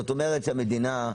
כלומר המדינה,